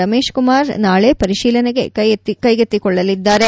ರಮೇಶ್ ಕುಮಾರ್ ನಾಳಿ ಪರಿಶೀಲನೆಗೆ ಕೈಗೆತ್ತಿಕೊಳ್ಳಲಿದ್ದಾರೆ